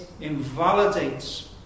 invalidates